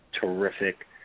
terrific